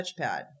touchpad